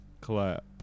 clap